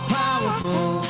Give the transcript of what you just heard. powerful